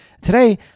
Today